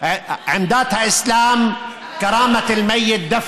מה עמדת האסלאם בנושא הזה?